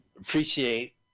appreciate